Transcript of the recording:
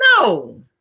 No